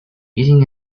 eating